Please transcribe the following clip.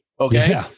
Okay